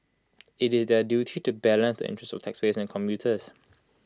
IT is their duty to balance the interests of taxpayers and commuters